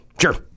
Sure